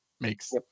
makes